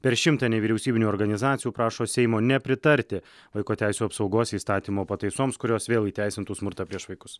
per šimtą nevyriausybinių organizacijų prašo seimo nepritarti vaiko teisių apsaugos įstatymo pataisoms kurios vėl įteisintų smurtą prieš vaikus